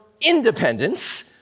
independence